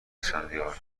اسفندیار